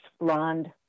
blonde